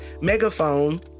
megaphone